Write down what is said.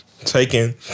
taking